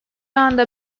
anda